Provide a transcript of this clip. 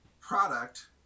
product